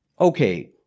okay